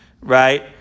right